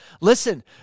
Listen